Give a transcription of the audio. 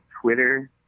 twitter